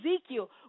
Ezekiel